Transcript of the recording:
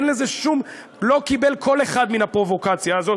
הוא לא קיבל קול אחד מן הפרובוקציה הזאת,